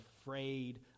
afraid